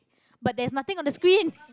but there's nothing on the screen